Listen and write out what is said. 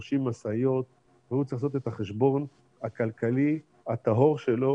30 משאיות והוא צריך לעשות את החשבון הכלכלי הטהור שלו